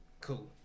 cool